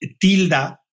Tilda